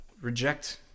reject